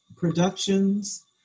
productions